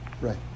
Right